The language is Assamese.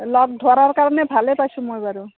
লগ ধৰাৰ কাৰণে ভালেই পাইছোঁ মই বাৰু